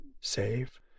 save